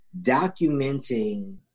documenting